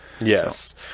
Yes